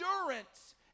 endurance